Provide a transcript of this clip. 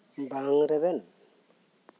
ᱵᱟᱝ ᱨᱮᱵᱮᱱ